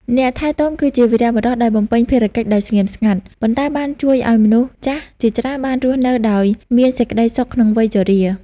អ្នកថែទាំគឺជាវីរបុរសដែលបំពេញភារកិច្ចដោយស្ងៀមស្ងាត់ ប៉ុន្តែបានជួយឱ្យមនុស្សចាស់ជាច្រើនបានរស់នៅដោយមានសេចក្តីសុខក្នុងវ័យជរា។